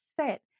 set